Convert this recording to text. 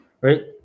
Right